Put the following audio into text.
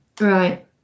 Right